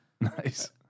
Nice